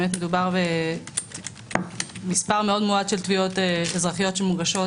מדובר במספר מאוד מועט של תביעות אזרחיות שמוגשות